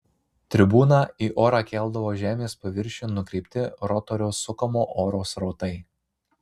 tribūną į orą keldavo žemės paviršiun nukreipti rotoriaus sukamo oro srautai